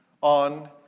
on